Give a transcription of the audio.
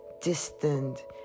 distant